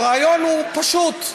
הרעיון הוא פשוט: